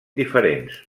diferents